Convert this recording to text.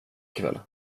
kväll